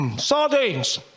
sardines